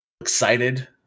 excited